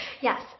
Yes